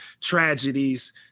tragedies